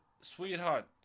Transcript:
sweetheart